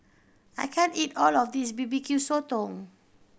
I can't eat all of this B B Q Sotong